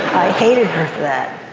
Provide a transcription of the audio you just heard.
hated her for that.